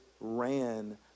ran